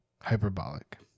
hyperbolic